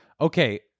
Okay